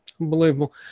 Unbelievable